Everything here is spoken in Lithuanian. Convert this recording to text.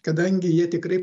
kadangi jie tikrai